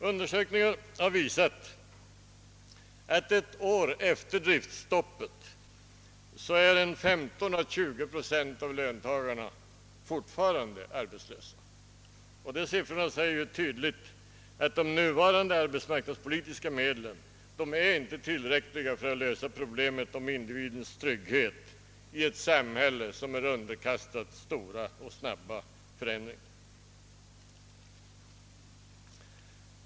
Undersökningar har visat att 15—20 procent av löntagarna ett år efter driftstoppet fortfarande är arbetslösa. Dessa siffror anger tydligt att de nuvarande arbetsmarknadspolitiska medlen inte är tillräckliga för att lösa problemet med individens trygghet i ett samhälle som är underkastat stora och snabba förändringar.